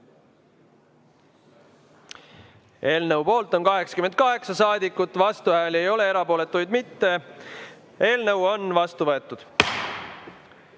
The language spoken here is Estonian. Eelnõu poolt on 88 saadikut, vastuhääli ei ole, erapooletuid ka mitte. Eelnõu on vastu võetud.